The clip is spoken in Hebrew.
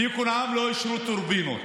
ביקנעם לא אישרו טורבינות,